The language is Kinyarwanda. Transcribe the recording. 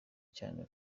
cyane